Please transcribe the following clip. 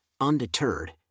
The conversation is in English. undeterred